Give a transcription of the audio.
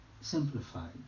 simplified